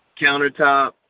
countertop